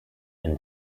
and